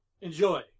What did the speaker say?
enjoy